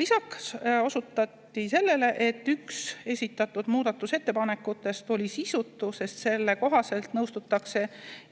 Lisaks osutati sellele, et üks esitatud muudatusettepanekutest oli sisutu, sest selle kohaselt nõustutakse